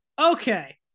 Okay